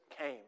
came